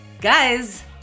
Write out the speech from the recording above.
Guys